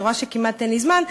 אני רואה שכמעט אין לי זמן,